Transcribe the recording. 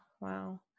Wow